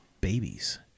babies